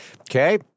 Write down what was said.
Okay